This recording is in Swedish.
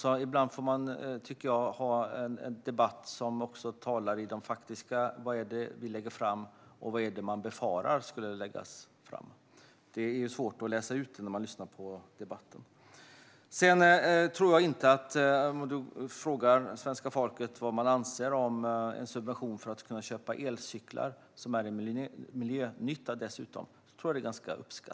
I debatten måste man skilja på vad som faktiskt läggs fram och vad man befarar ska läggas fram. Det är svårt att utröna när man lyssnar på debatten. Jag tror att subventionen av elcyklar, som dessutom är till miljönytta, är ganska uppskattad av svenska folket.